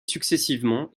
successivement